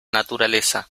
naturaleza